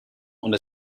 und